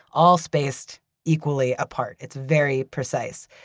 all spaced equally apart. it's very precise.